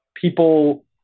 people